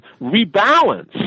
rebalance